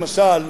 למשל,